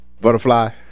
butterfly